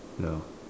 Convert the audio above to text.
ya